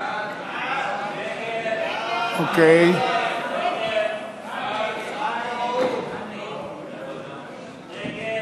ההצעה להסיר מסדר-היום את הצעת חוק הרשות לכבאות והצלה (תיקון,